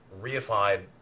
reified